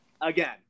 again